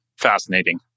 Fascinating